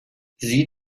sieh